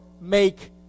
make